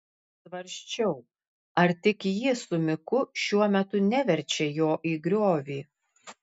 svarsčiau ar tik ji su miku šiuo metu neverčia jo į griovį